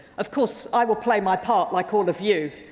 of course, i will play my part, like all of you,